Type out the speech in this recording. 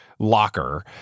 locker